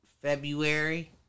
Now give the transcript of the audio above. February